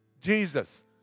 Jesus